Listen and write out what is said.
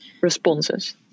responses